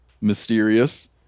mysterious